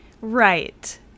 right